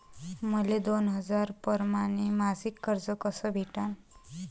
मले दोन हजार परमाने मासिक कर्ज कस भेटन?